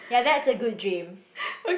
ya that's a good dream